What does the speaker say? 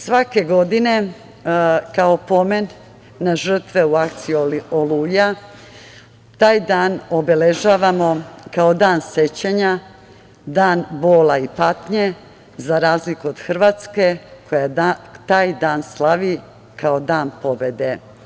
Svake godine, kao pomen na žrtve u akciji „Oluja“, taj dan obeležavamo kao dan sećanja, dan bola i patnje, za razliku od Hrvatske koja taj dan slavi kao dan pobede.